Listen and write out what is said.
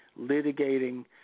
litigating